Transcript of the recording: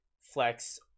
flex